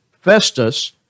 Festus